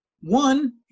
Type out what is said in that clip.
One